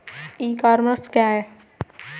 ई commerce क्या है?